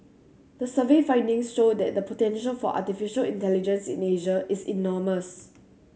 the survey findings show that the potential for artificial intelligence in Asia is enormous